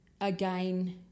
again